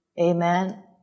Amen